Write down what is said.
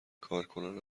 کارکنان